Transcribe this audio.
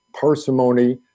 parsimony